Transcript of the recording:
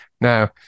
Now